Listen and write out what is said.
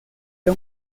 era